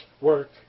work